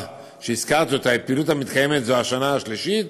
שהזכרתי היא פעילות המתקיימת זו השנה השלישית,